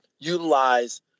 utilize